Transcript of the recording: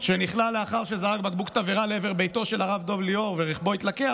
שנכלא לאחר שזרק בקבוק תעברה לעבר ביתו של הרב דב ליאור ורכבו התלקח,